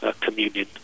communion